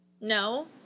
No